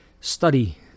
study